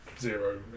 zero